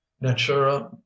natura